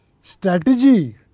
strategy